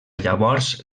llavors